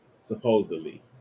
supposedly